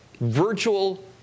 virtual